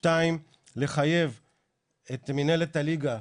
שתיים, לחייב את מנהלת הליגה,